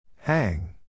Hang